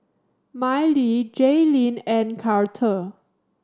Miley Jailene and Karter